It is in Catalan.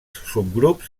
subgrups